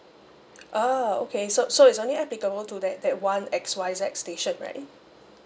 oh okay so so is only applicable to that that one X Y Z station right